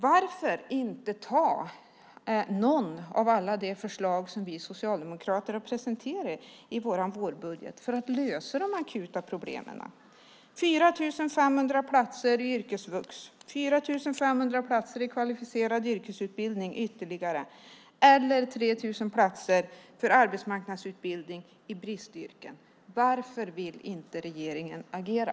Varför inte ta något av alla de förslag som vi socialdemokrater har presenterat i vår vårbudget för att lösa de akuta problemen - 4 500 platser i yrkesvux, 4 500 platser i kvalificerad yrkesutbildning ytterligare eller 3 000 platser för arbetsmarknadsutbildning i bristyrken? Varför vill inte regeringen agera?